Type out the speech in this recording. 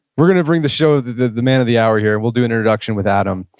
we're gonna bring the show, the the man of the hour here and we'll do an introduction with adam.